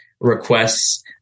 requests